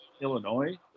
Illinois